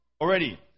already